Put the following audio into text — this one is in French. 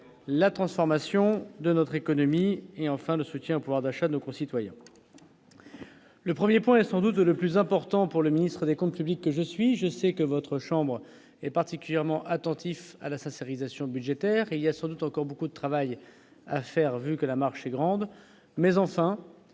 la transformation de notre économie et enfin le soutien au pouvoir d'achat de nos concitoyens, le 1er point sans doute le plus important pour le ministre des comptes publics et je suis, je sais que votre chambre est particulièrement attentif à la sa série station budgétaire et il y a sans doute encore beaucoup de travail à faire, vu que la marche est grande, mais enfin,